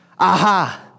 Aha